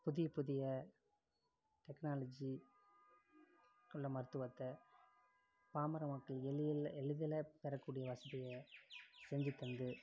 புதிய புதிய டெக்னாலஜி உள்ள மருத்துவத்தை பாமர மக்கள் எளிய இல்லை எளிதில் பெறக்கூடிய வசதியை செஞ்சு தந்து